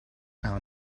own